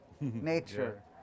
nature